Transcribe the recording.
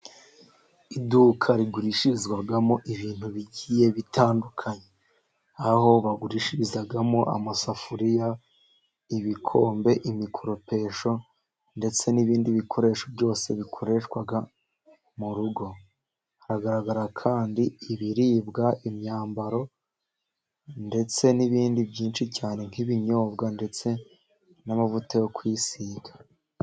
Iduka rigurishirizwamo ibintu bigiye bitandukanye aho bagurishirizamo amasafuriya, ibikombe, imikoropesho, ndetse n'ibindi bikoresho byose bikoreshwa mu rugo, hagaragara kandi ibiribwa, imyambaro ndetse n'ibindi byinshi cyane nk'ibinyobwa ndetse n'amavuta yo kwisiga.